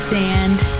sand